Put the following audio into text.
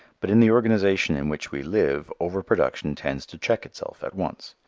but in the organization in which we live over-production tends to check itself at once.